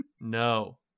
No